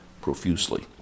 profusely